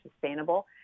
sustainable